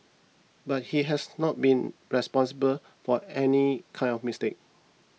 but he has not been responsible for any kind of mistake